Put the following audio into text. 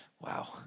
wow